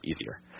easier